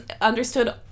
understood